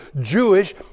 Jewish